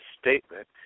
statement